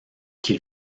qui